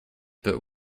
but